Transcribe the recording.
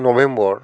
November